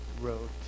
wrote